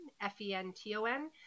F-E-N-T-O-N